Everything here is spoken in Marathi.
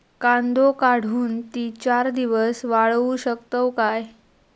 कांदो काढुन ती चार दिवस वाळऊ शकतव काय?